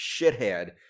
shithead